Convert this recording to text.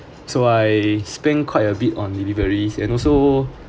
so I spent quite a bit on deliveries and also